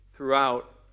Throughout